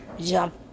jump